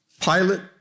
Pilate